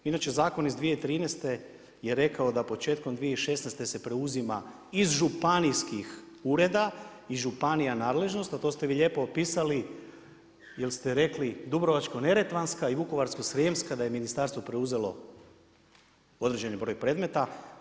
Inače zakon iz 2013. je rekao da početkom 2016. se preuzima iz županijskih ureda, iz županija nadležnost, a to ste vi lijepo opisali jer ste rekli Dubrovačko-neretvanska i Vukovarsko-srijemska da je ministarstvo preuzelo određeni broj predmeta.